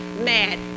mad